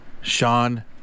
Sean